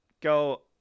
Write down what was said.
go